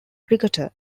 cricketer